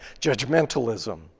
judgmentalism